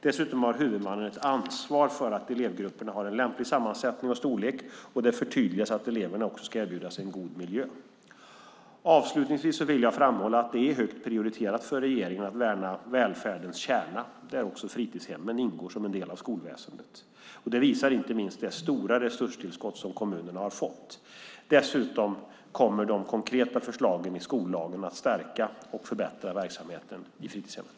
Dessutom har huvudmannen ett ansvar för att elevgrupperna har lämplig sammansättning och storlek, och det förtydligas att eleverna också ska erbjudas en god miljö. Avslutningsvis vill jag framhålla att det är högt prioriterat för regeringen att värna välfärdens kärna, där också fritidshemmen ingår som en del av skolväsendet. Det visar inte minst det stora resurstillskott som kommunerna har fått. Dessutom kommer de konkreta förslagen i skollagen att stärka och förbättra verksamheten i fritidshemmen.